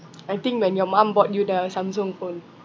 I think when your mum bought you the Samsung phone